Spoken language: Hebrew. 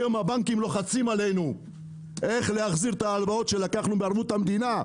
היום הבנקים לוחצים עלינו איך להחזיר את ההלוואות שלקחנו בערבות המדינה.